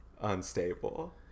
unstable